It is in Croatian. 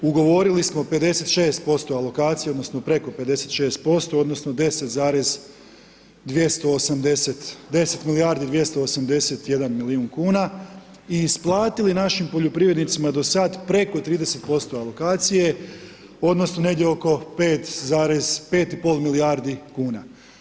Ugovorili smo 56 alokacija, odnosno, preko 56% odnosno, 10 milijardi 281 milijun kuna i isplatili našim poljoprivrednicima do sada preko 30% alokacije, odnosno, negdje oko 5,5 milijardi kn.